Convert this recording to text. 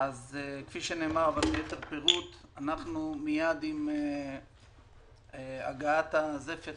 כפי שנאמר, מיד עם הגעת הזפת